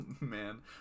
man